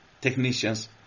technicians